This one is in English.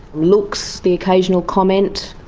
looks, the occasional comment,